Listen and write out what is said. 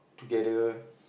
together